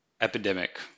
epidemic